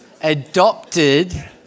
adopted